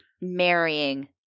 marrying